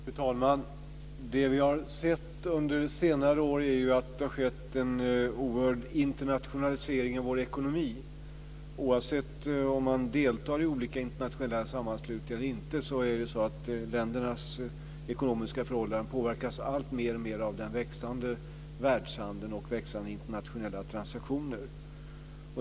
Fru talman! Det vi har sett under senare år är att det har skett en oerhörd internationalisering av vår ekonomi. Oavsett om man deltar i olika internationella sammanslutningar eller inte påverkas ländernas ekonomiska förhållanden mer och mer av den växande världshandeln och det växande antalet internationella transaktioner.